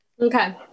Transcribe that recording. Okay